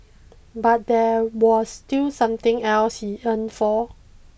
but there was still something else he yearned for